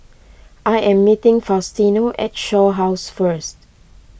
I am meeting Faustino at Shaw House first